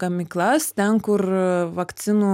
gamyklas ten kur vakcinų